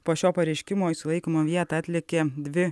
po šio pareiškimo į sulaikymo vietą atlėkė dvi